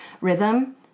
Rhythm